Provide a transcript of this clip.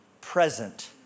present